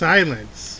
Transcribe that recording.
Silence